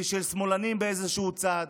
והיא של שמאלנים באיזשהו צד,